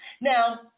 Now